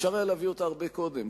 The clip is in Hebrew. אפשר היה להביא אותה הרבה קודם.